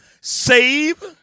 Save